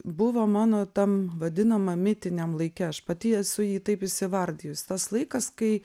buvo mano tam vadinamam mitiniam laike aš pati esu jį taip įsivardijus tas laikas kai